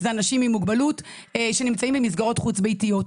זה אנשים עם מוגבלות שנמצאים במסגרות חוץ ביתיות.